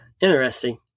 Interesting